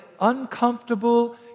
uncomfortable